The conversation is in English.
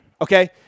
Okay